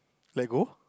let go